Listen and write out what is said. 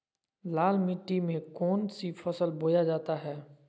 लाल मिट्टी में कौन सी फसल बोया जाता हैं?